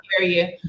area